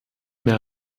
mehr